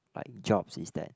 like jobs is that